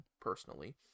personally